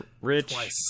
Rich